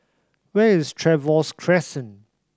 where is Trevose Crescent